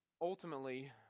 ultimately